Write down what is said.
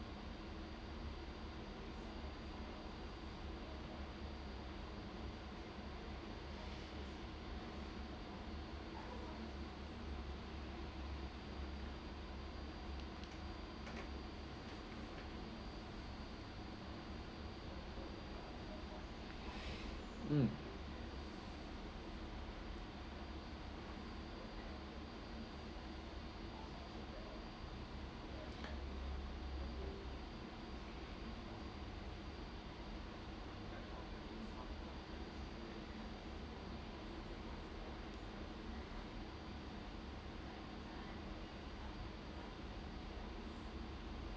mm